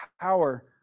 power